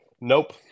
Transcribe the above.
Nope